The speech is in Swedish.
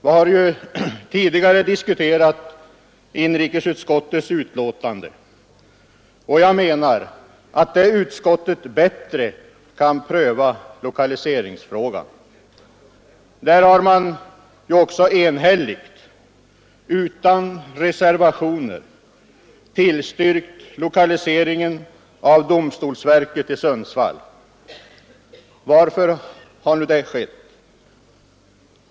Vi har ju tidigare diskuterat ett betänkande från inrikesutskottet, och jag menar att det utskottet bättre kan pröva lokaliseringsfrågan. Där har man ju också enhälligt utan reservationer tillstyrkt lokaliseringen av domstolsverket till Sundsvall. Varför har nu detta skett?